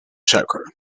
suiker